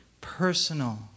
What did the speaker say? personal